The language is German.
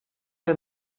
der